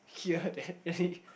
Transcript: here that